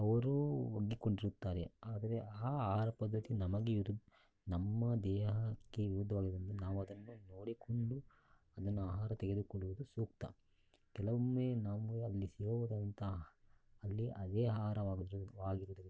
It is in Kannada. ಅವರು ಒಗ್ಗಿಕೊಂಡಿರುತ್ತಾರೆ ಆದರೆ ಆ ಆಹಾರ ಪದ್ಧತಿ ನಮಗೆ ವಿರು ನಮ್ಮ ದೇಹಕ್ಕೆ ವಿರುದ್ಧವಾಗಿರುವುದರಿಂದ ನಾವು ಅದನ್ನು ನೋಡಿಕೊಂಡು ಅದನ್ನು ಆಹಾರ ತೆಗೆದುಕೊಳ್ಳುವುದು ಸೂಕ್ತ ಕೆಲವೊಮ್ಮೆ ನಾವು ಅಲ್ಲಿ ಸೇವುದಂತ ಅಲ್ಲಿ ಅದೇ ಆಹಾರವಾಗೊ ವಾಗಿರುದ್ರಿಂದ